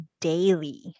daily